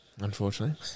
Unfortunately